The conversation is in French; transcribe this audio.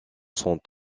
sont